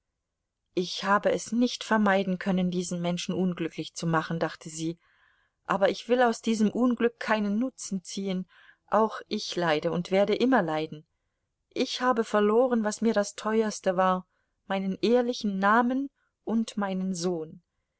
ich habe es nicht vermeiden können diesen menschen unglücklich zu machen dachte sie aber ich will aus diesem unglück keinen nutzen ziehen auch ich leide und werde immer leiden ich habe verloren was mir das teuerste war meinen ehrlichen namen und meinen sohn